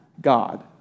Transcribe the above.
God